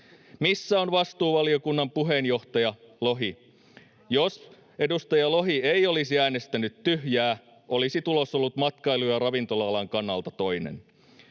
Missä on vastuuvaliokunnan puheenjohtaja Lohi? Jos edustaja Lohi ei olisi äänestänyt tyhjää, olisi tulos ollut matkailu‑ ja ravintola-alan kannalta toinen.